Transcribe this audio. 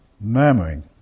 murmuring